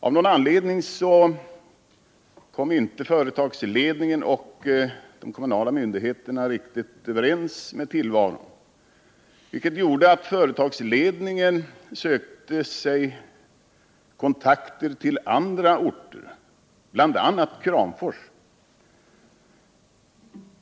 Av någon anledning kom företagsledningen och de kommunala myndigheterna inte riktigt överens, vilket gjorde att företagsledningen tog kontakt med andra orter, bl.a. Kramfors.